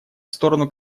сторону